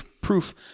proof